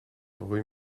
rue